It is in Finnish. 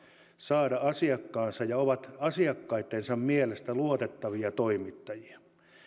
saada asiakkaansa ja ovat asiakkaittensa mielestä luotettavia toimittajia kun